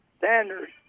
Sanders